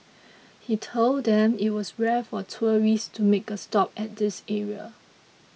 he told them it was rare for tourists to make a stop at this area